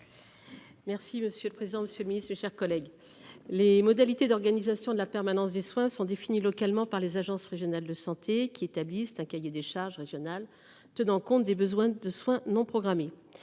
de vingt-trois heures. Quel est l'avis de la commission ? Les modalités d'organisation de la permanence des soins sont définies localement par les agences régionales de santé, qui établissent un cahier des charges régional tenant compte des besoins de soins non programmés.